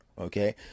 okay